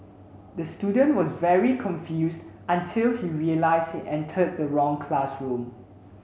the student was very confused until he realised he entered the wrong classroom